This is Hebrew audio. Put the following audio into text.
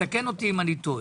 תקן אותי אם אני טועה.